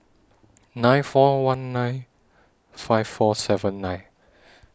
nine four one nine five four seven nine